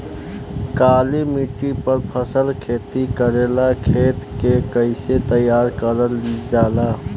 काली मिट्टी पर फसल खेती करेला खेत के कइसे तैयार करल जाला?